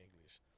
English